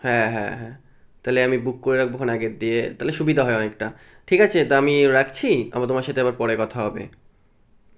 হ্যাঁ হ্যাঁ হ্যাঁ তাহলে আমি বুক করে রাখবোখন আগের দিয়ে তাহলে সুবিধা হয় অনেকটা ঠিক আছে তা আমি রাখছি আমার তোমার সাথে আবার পরে কথা হবে